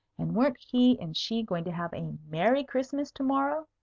and weren't he and she going to have a merry christmas to-morrow?